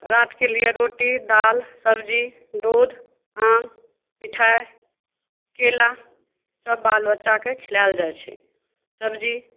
रातिके लिए रोटी दालि सबजी दूध आम मिठाइ केला सब बालबच्चाकेँ खिलाएल जाइ छै सबजी